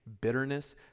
bitterness